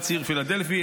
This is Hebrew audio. ציר פילדלפי,